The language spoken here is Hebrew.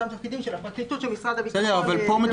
בעלי התפקידים בפרקליטות ובמשרד הביטחון.